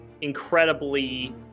incredibly